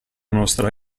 nostra